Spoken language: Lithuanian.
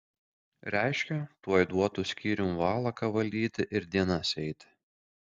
reiškia tuoj duotų skyrium valaką valdyti ir dienas eiti